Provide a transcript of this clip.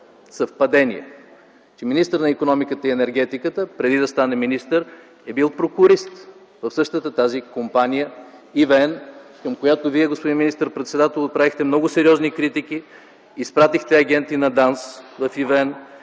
съвпадение, че министърът на икономиката и енергетиката, преди да стане министър, е бил прокурист в същата тази компания ЕВН, към която Вие, господин министър-председател, отправихте много сериозни критики, изпратихте агенти на ДАНС в ЕВН,